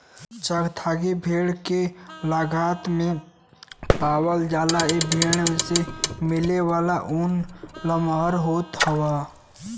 चांगथांगी भेड़ के लद्दाख में पावला जाला ए भेड़ से मिलेवाला ऊन लमहर होत हउवे